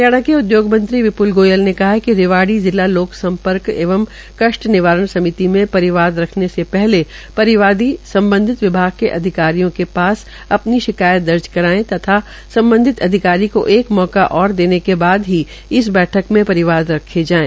हरियाणा के उद्योगमंत्री विप्ल गोयल ने कहा है क रिवाड़ी जिला लोक सम्पर्क एवं कष्ट निवारण समिति में परिवाद रखने से पहले परिवादी सम्बधित विभाग के अधिकारियों के पास अपनी शिकायत दर्ज कराये तथा सम्बधित अधिकारी को एक मौका और देने के बाद ही इस बैठक में परिवाद रखे जायें